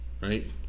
right